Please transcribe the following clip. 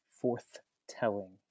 forth-telling